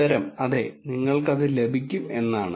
ഉത്തരം അതെ നിങ്ങൾക്ക് അത് ലഭിക്കും എന്നാണ്